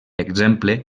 exemple